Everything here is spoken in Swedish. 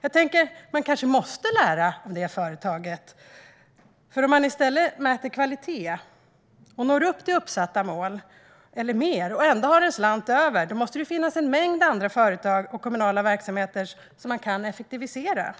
Jag tänker att man kanske måste lära av detta företag. Om man i stället mäter kvalitet och når upp till uppsatta mål eller mer och ändå har en slant över måste det ju finnas en mängd andra företag och kommunala verksamheter som man kan effektivisera.